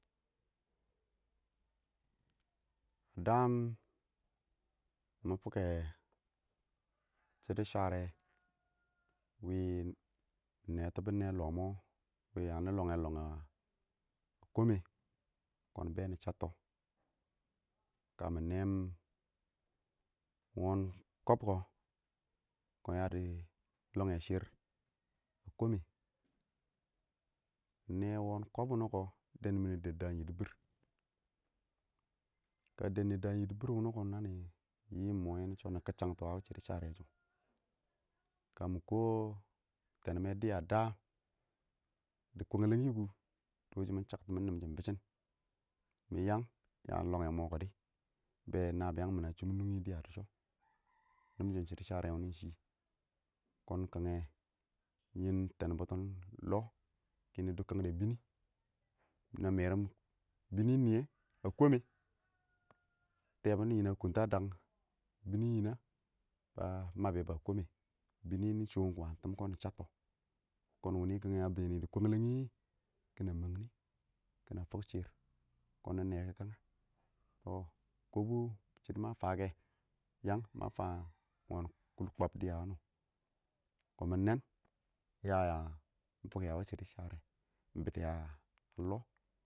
daam mɪ fʊkɛ shɪdɔ wɪɪn mɪ nɛtɔ binɛ lɔh mʊ wɪɪn yani lɔng mis lɔngshn a kɔmɛ kʊn bɛɛni chatts kamɪ nɛɛn wɔn kɔb kɪɪn kʊn yadi lɔng ɛh shɪrr a kɔmɛ ɪng nɛ wɔn kɔb wininɛ kɪɪn dɔnmmini dɔb daam yidi bɪr, ka dɔmm daam yidi bɪr wuni kɪɪn nanu fankuwɪ mʊ yɛkin shɔ nan m kish chabtu a wɪl shidi shɪdɔ wuni wɔmɔ yɛkim shʊ kamɪ kʊ tɛnmɛ dɪya daa dɪ kwwɛng lɛng kʊ dɔ shɪ mɪ shakts mʊ nɛnshimu bɪshɪn miyang yang llɔ ɛng mɔkidu bɛɛ nabiyang mɪn a shumɔn nuɛ ng dɪya dɪ shɔ nimshum shɪdɔ shɪdɔ dɪ shɔ kʊn king nɛ run tɛmbɔtɔn lɔh kiɪnɪ disk kan dɔ bɪn na bimin nyɔ kɔmɛ tɛɛ bwn niyɔ a kusnta dang binun nɪyɛ mɛbɛbɛ a kɔmɛ bɪnɪ mɪ shɔkang tɪm kɔnni chattɔ kʊn wum a bɛɛn dɪ kwɛn lɛɛng kinɛ mang nɪ kina fuk shɪrr kʊn na nɛkikan kud kɔbʊs shɪdɔ mɪ fan kɛ yang kud kɔb diyɛ wush wɔ kʊn mɪ nɛn ya yan fʊkɛ a wɪɪn shidi shɪdɔ dim bɪtɛ a lɔ dɪ bɛɛ m chab